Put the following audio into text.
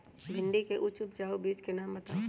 भिंडी के उच्च उपजाऊ बीज के नाम बताऊ?